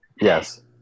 Yes